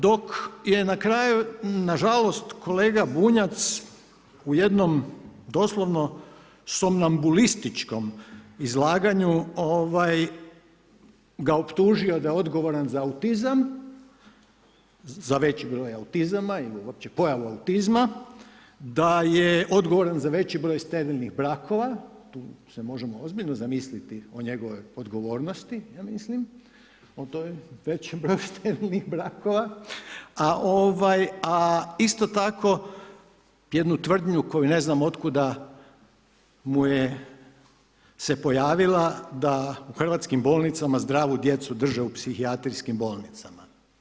Dok je na kraju nažalost kolega Bunjac, u jednom, doslovno, somnambulističkom izlaganju ga optužio da je odgovoran za veći broj autizama, ili uopće pojavu autizma, d je odgovoran za veći broj sterilnih brakova tu se možemo ozbiljno zamisliti o njegovoj odgovornosti, ja mislim ali to je veći broj sterilnih brakova, a isto tako, jednu tvrdnju koju ne znam od kuda se pojavila da u hrvatskim bolnicama, zdravu djecu drže u psihijatrijskim bolnicama.